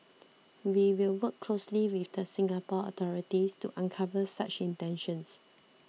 we will work closely with the Singapore authorities to uncover such intentions